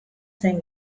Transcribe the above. zen